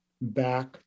back